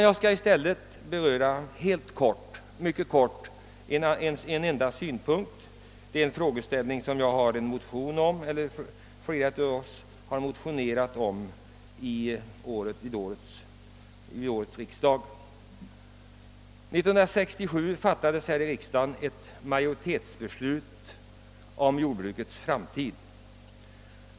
Jag skall i stället mycket kort beröra en enda frågeställning, som flera av oss har tagit upp i motioner vid årets riksdag. År 1967 fattades här i riksdagen ett majoritetsbeslut om jordbrukets framtid.